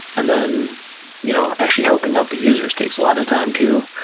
and then you know actually helping out the users takes a lot of time too